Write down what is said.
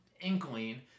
inkling